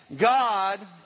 God